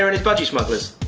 his budgie snugglers.